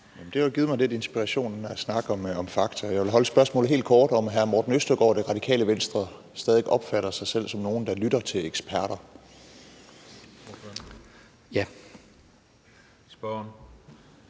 Det har jo givet mig lidt inspiration at snakke om fakta. Jeg vil holde spørgsmålet helt kort: Opfatter hr. Morten Østergaard og Det Radikale Venstre stadig væk sig selv som nogle, der lytter til eksperter?